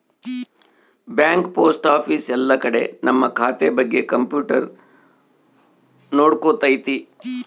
bank post office ಎಲ್ಲ ಕಡೆ ನಮ್ ಖಾತೆ ಬಗ್ಗೆ ಕಂಪ್ಯೂಟರ್ ನೋಡ್ಕೊತೈತಿ